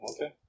Okay